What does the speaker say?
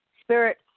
spirit